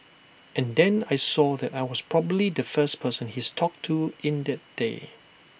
and then I saw that I was probably the first person he's talked to in that day